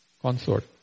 consort